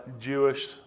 Jewish